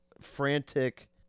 frantic